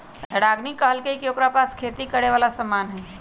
रागिनी कहलकई कि ओकरा पास खेती करे वाला समान हई